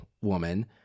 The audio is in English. woman